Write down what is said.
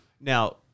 Now